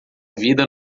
vida